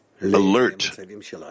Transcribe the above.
alert